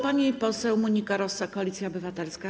Pani poseł Monika Rosa, Koalicja Obywatelska.